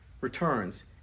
returns